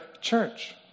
church